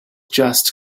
just